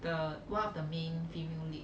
the one of the main female lead